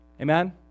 Amen